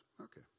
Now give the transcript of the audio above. Okay